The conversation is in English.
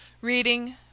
Reading